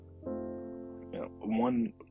one